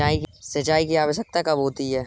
सिंचाई की आवश्यकता कब होती है?